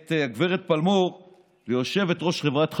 את הגב' פלמור ליושבת-ראש חברת החשמל.